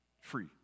Free